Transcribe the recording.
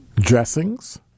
Dressings